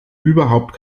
überhaupt